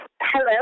Hello